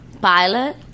Pilot